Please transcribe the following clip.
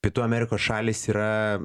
pietų amerikos šalys yra